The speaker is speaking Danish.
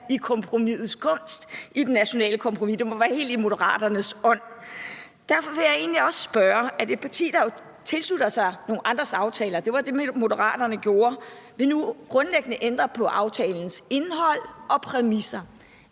i kompromisets kunst i det nationale kompromis. Det må være helt i Moderaternes ånd. Derfor vil jeg egentlig også spørge: Et parti, der jo tilslutter sig nogle andres aftaler – det var det, Moderaterne gjorde – vil nu grundlæggende ændre på aftalens indhold og præmisser.